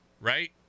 right